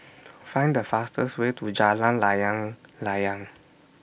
Find The fastest Way to Jalan Layang Layang